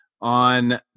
on